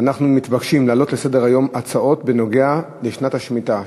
ואנחנו מתבקשים להעלות על סדר-היום הצעות בנוגע לשנת השמיטה,